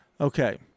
Okay